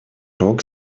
рог